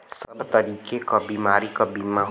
सब तरीके क बीमारी क बीमा होला